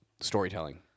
storytelling